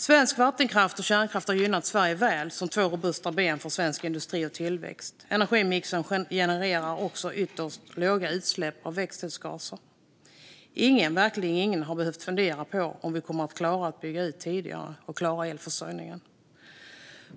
Svensk vattenkraft och kärnkraft har gynnat Sverige väl, som två robusta ben för svensk industri och tillväxt. Energimixen generar också ytterst låga utsläpp av växthusgaser. Ingen, verkligen ingen, har tidigare behövt fundera på om vi kommer att klara att bygga ut och klara elförsörjningen.